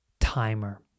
Timer